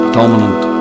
dominant